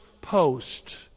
post